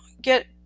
Get